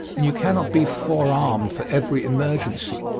and you cannot be forearmed for every emergency,